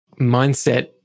mindset